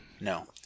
no